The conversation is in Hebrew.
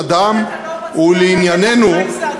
סמוטריץ תעבור לוועדת הכנסת,